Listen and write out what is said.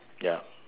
ya